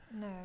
No